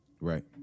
Right